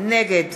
נגד